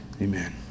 amen